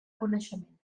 coneixement